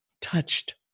touched